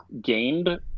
gained